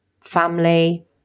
family